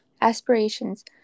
Aspirations